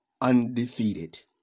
undefeated